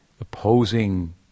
opposing